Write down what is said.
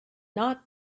not